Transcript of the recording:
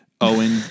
Owen